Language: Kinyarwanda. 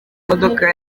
imodoka